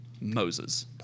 Moses